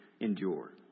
endure